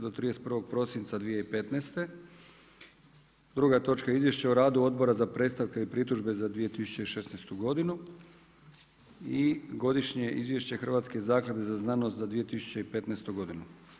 Do 31. prosinca 2015., druga točka Izvješće o radu Odbora za predstavke i pritužbe za 2016. godinu i Godišnje izvješće Hrvatske zaklade za znanost za 2015. godinu.